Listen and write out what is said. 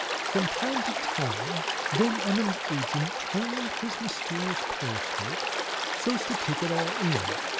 from time to time van emmon's agent turned his mysterious periscope so as to take it all in,